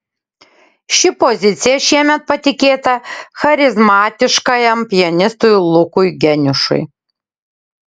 ši pozicija šiemet patikėta charizmatiškajam pianistui lukui geniušui